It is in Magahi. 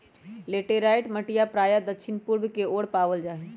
लैटेराइट मटिया प्रायः दक्षिण पूर्व के ओर पावल जाहई